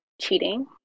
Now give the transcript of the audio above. cheating